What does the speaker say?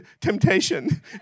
temptation